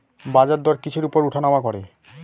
বাজারদর কিসের উপর উঠানামা করে?